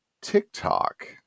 TikTok